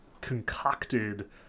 concocted